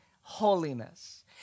holiness